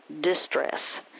distress